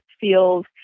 feels